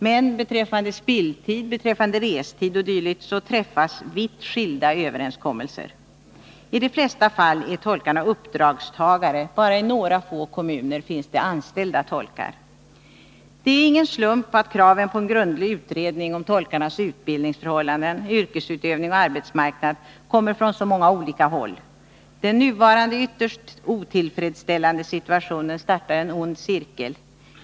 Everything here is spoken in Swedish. När det gäller s.k. spilltid, restid o. d. träffas dock vitt skilda överenskommelser. I de flesta fall är tolkarna uppdragstagare — bara i några få kommuner finns det anställda tolkar. Det är ingen slump att kraven på en grundlig utredning om tolkarnas utbildningsförhållanden, yrkesutövning och arbetsmarknad kommer från många olika håll. Den nuvarande, ytterst otillfredsställande situationen startar en ond cirkel.